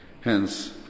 Hence